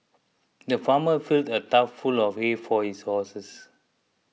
the farmer filled a though full of hay for his horses